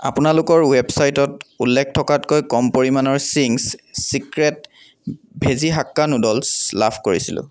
আপোনালোকৰ ৱেবচাইটত উল্লেখ থকাতকৈ কম পৰিমানৰ Ching's Secret veggie hakka noodles লাভ কৰিছিলোঁ